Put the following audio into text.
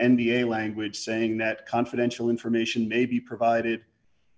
a language saying that confidential information may be provided